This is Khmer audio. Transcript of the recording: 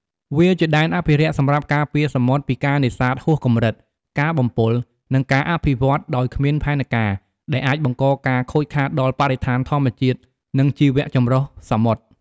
វាជាដែនអភិរក្សសម្រាប់ការពារសមុទ្រពីការនេសាទហួសកម្រិត ការបំពុល និងការអភិវឌ្ឍដោយគ្មានផែនការ ដែលអាចបង្កការខូចខាតដល់បរិស្ថានធម្មជាតិ និងជីវចម្រុះសមុទ្រ។